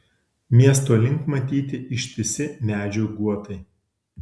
miesto link matyti ištisi medžių guotai